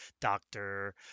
doctor